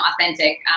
authentic